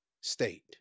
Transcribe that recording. state